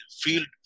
field